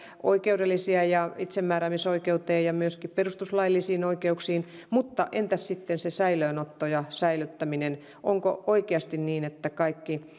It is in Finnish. oikeudellisia ulottuvuuksia itsemääräämisoikeuteen ja perustuslaillisiin oikeuksiin mutta entäs sitten se säilöönotto ja säilyttäminen onko oikeasti niin että kaikki